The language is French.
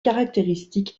caractéristiques